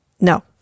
No